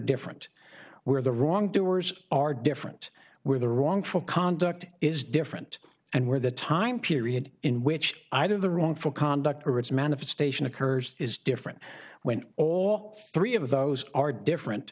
different where the wrongdoers are different where the wrongful conduct is different and where the time period in which i do the wrongful conduct or its manifestation occurs is different when all three of those are different